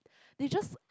they just